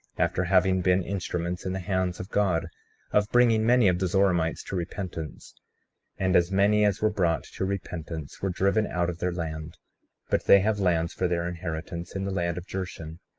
after having been instruments in the hands of god of bringing many of the zoramites to repentance and as many as were brought to repentance were driven out of their land but they have lands for their inheritance in the land of jershon,